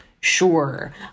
Sure